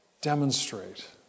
demonstrate